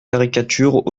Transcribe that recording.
caricatures